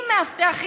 עם מאבטח,